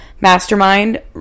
mastermind